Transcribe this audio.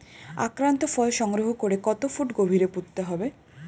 আক্রান্ত ফল সংগ্রহ করে কত ফুট গভীরে পুঁততে হবে?